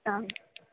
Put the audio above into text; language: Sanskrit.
आम्